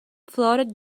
floated